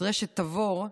מדרשת תבור,